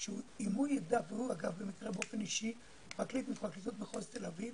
הוא במקרה באופן אישי פרקליט מפרקליטות מחוז תל אביב,